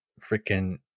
freaking